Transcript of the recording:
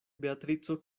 beatrico